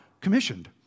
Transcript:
commissioned